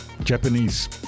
Japanese